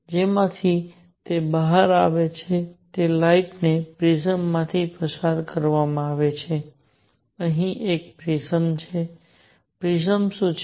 જેમાંથી તે બહાર આવે છે અને પછી લાઇટ ને પ્રિઝમ માંથી પસાર કરવા માટે બનાવવામાં આવે છે અહીં એક પ્રિઝમ છે પ્રિઝમ શું કરે છે